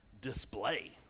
display